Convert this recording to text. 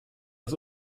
das